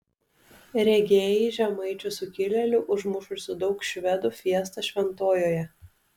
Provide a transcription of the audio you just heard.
regėjai žemaičių sukilėlių užmušusių daug švedų fiestą šventojoje